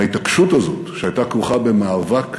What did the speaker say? ההתעקשות הזאת, שהייתה כרוכה במאבק